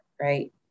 right